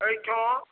एहिठाम